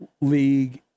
league